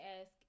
ask